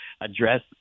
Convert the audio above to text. address